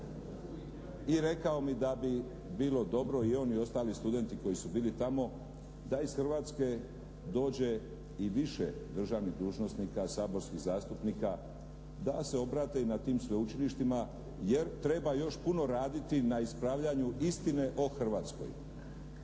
i rekao mi da bi bilo dobro, i on i ostali studenti koji su bili tamo da iz Hrvatske dođe i više državnih dužnosnika, saborskih zastupnika da se obrate i na tim sveučilištima jer treba još puno raditi na ispravljanju istine o Hrvatskoj.